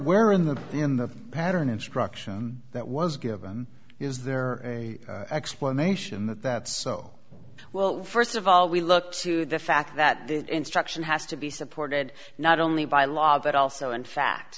where in the in the pattern instruction that was given is there a explanation that that so well first of all we look to the fact that that instruction has to be supported not only by law but also in fact